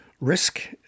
risk